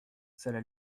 cela